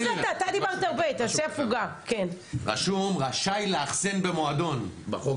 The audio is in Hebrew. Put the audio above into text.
בחוק שלכם רשום רשאי לאחסן במועדון.